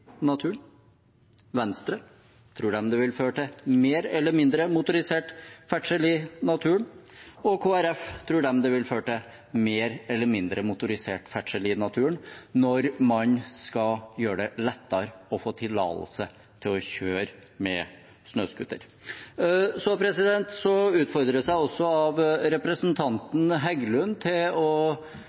tror de det vil føre til mer eller mindre motorisert ferdsel i naturen? Og Kristelig Folkeparti, tror de det vil føre til mer eller mindre motorisert ferdsel i naturen, når man skal gjøre det lettere å få tillatelse til å kjøre med snøscooter? Jeg ble utfordret av representanten Heggelund på om vi virkelig ønsker å